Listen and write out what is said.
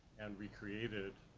and recreated,